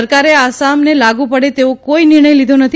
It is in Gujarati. સરકારે આસામને લાગુ પડે તેવો કોઇ નિર્ણય લીધો નથી